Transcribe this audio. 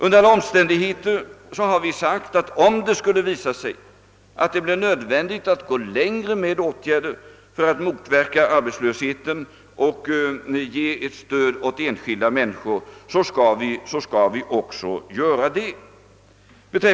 Under alla omständigheter har vi sagt, att om det skulle visa sig nödvändigt att gå längre med åtgärder för att motverka arbetslösheten och ge stöd åt enskilda människor, så skall vi också göra detta.